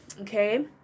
Okay